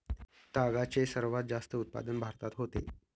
तागाचे सर्वात जास्त उत्पादन भारतात होते